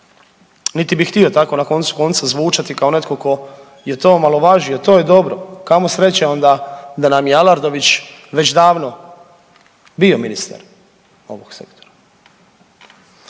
niti bih htio tako na koncu konca zvučati kao netko tko je to omalovažio, to je dobro, kamo sreće onda da nam je Aladrović već davno bio ministar ovog sektora.